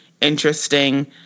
interesting